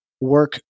work